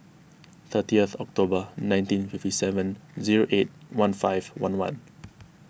thirtieth October nineteen fifty seven zero eight one five one one